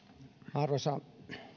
arvoisa